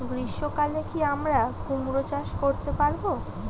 গ্রীষ্ম কালে কি আমরা কুমরো চাষ করতে পারবো?